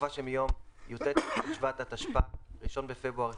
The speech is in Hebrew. בתקופה שמיום י"ט בשבט התשפ"א (1 בפברואר 2021)